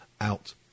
out